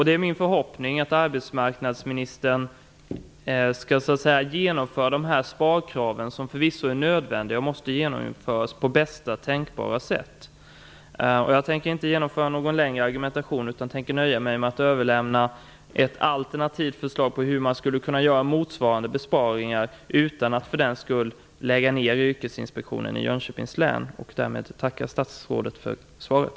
Det är min förhoppning att arbetsmarknadsministern skall genomföra sparkraven, som förvisso är nödvändiga, på bästa tänkbara sätt. Jag tänker inte genomföra någon längre argumentation utan nöjer mig med att överlämna ett alternativt förslag till hur man skulle kunna göra motsvarande besparingar utan att för den skull behöva lägga ner Därmed tackar jag statsrådet ännu en gång för svaret.